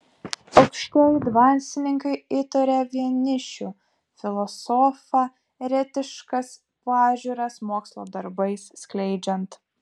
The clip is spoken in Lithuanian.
aukštieji dvasininkai įtarė vienišių filosofą eretiškas pažiūras mokslo darbais skleidžiant